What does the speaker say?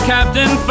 Captain